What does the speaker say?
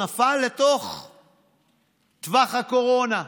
נפל לתוך טווח הקורונה.